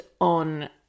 on